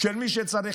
מי שצריך?